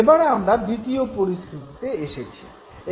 এবারে আমরা দ্বিতীয় পরিস্থিতিতে এসেছি